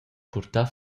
purtar